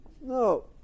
No